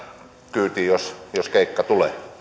kyytiin jos jos keikka tulee